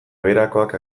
beherakoak